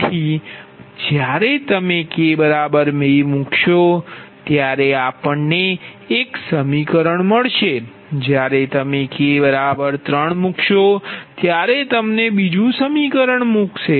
તેથી જ્યારે તમે k 2 મૂકશો ત્યારે આપણ ને એક સમીકરણ મળશે જ્યારે તમે k 3 મૂકશો ત્યારે તમને બીજું સમીકરણ મળશે